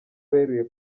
beruye